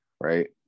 right